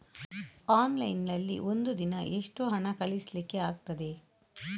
Online ನಲ್ಲಿ ಒಂದು ದಿನ ಎಷ್ಟು ಹಣ ಕಳಿಸ್ಲಿಕ್ಕೆ ಆಗ್ತದೆ?